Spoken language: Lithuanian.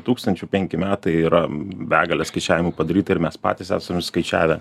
tūkstančių penki metai yra begalė skaičiavimų padaryta ir mes patys esam skaičiavę